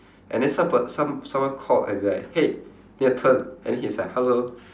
and then some per~ some~ someone called and be like hey then I turned and then he's like hello